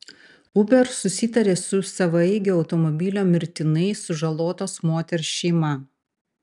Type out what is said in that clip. uber susitarė su savaeigio automobilio mirtinai sužalotos moters šeima